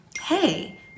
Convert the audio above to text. hey